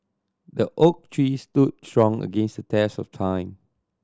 the oak tree stood strong against the test of time